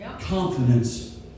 Confidence